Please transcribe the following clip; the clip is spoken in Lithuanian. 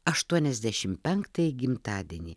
aštuoniasdešim penktąjį gimtadienį